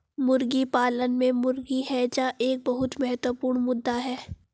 मुर्गी पालन में मुर्गी हैजा एक बहुत महत्वपूर्ण मुद्दा है